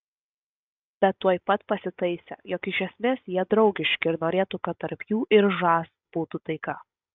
bet tuoj pat pasitaisė jog iš esmės jie draugiški ir norėtų kad tarp jų ir žas būtų taika